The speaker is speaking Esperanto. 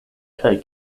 kaj